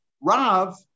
Rav